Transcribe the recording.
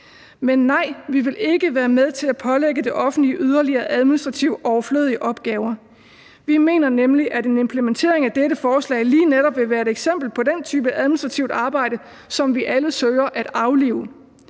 Men nej, vi vil ikke være med til at pålægge det offentlige yderligere overflødige administrative opgaver. Vi mener nemlig, at en implementering af dette forslag lige netop vil være et eksempel på den type administrativt arbejde, som vi alle søger at aflive